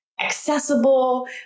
accessible